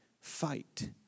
fight